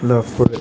লাভ কৰে